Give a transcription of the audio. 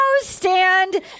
stand